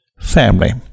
family